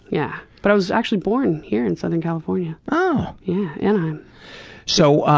yeah, but i was actually born here in southern california. oh! yeah, anaheim. so ah,